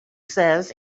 says